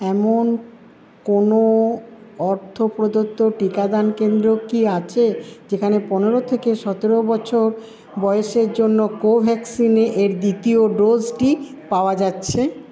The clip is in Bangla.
এমন কোনও অর্থ প্রদত্ত টিকাদান কেন্দ্র কি আছে যেখানে পনেরো থেকে সতেরো বছর বয়সের জন্য কোভ্যাক্সিনের দ্বিতীয় ডোজটি পাওয়া যাচ্ছে